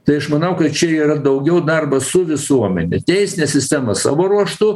tai aš manau kad čia yra daugiau darbas su visuomene teisinė sistema savo ruožtu